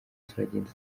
turagenda